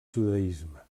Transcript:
judaisme